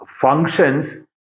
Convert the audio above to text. functions